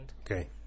Okay